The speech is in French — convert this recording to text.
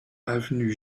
avenue